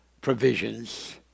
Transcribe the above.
provisions